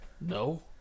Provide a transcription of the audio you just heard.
No